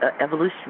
evolution